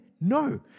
No